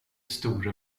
store